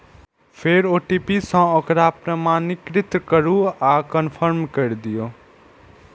फेर ओ.टी.पी सं ओकरा प्रमाणीकृत करू आ कंफर्म कैर दियौ